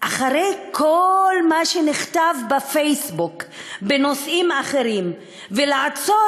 אחרי כל מה שנכתב בפייסבוק בנושאים אחרים ולעצור